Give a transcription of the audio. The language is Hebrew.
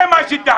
זה מה שתעשה.